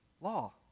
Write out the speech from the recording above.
law